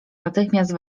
natychmiast